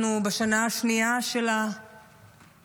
אנחנו בשנה השנייה של המלחמה,